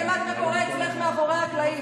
חכי שתראי באמת מה קורה אצלך מאחורי הקלעים.